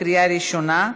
לקריאה ראשונה.